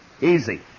Easy